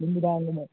ꯅꯨꯃꯤꯗꯥꯡ ꯑꯃ